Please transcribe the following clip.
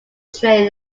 train